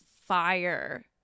fire